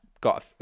got